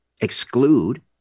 exclude